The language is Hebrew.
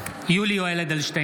(קורא בשמות חברי הכנסת) יולי יואל אדלשטיין,